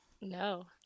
No